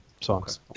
songs